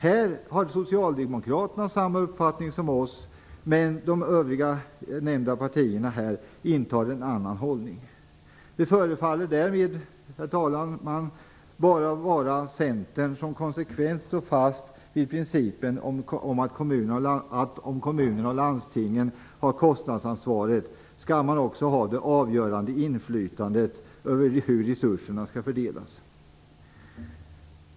Här har Socialdemokraterna samma uppfattning som vi, medan de övriga här nämnda partierna intar en annan hållning. Det förefaller därmed, herr talman, bara vara Centern som konsekvent står fast vid principen om att ifall kommunerna och landstingen har kostnadsansvaret skall de också ha det avgörande inflytandet över hur resurserna skall fördelas.